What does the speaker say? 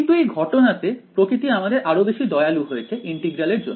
কিন্তু এই ঘটনাতে প্রকৃতি আমাদের অনেকটা দয়া করেছে এই ইন্টিগ্রাল এর জন্য